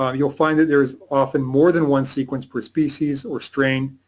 ah you'll find that there's often more than one sequence for a species or strain.